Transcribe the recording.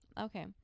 Okay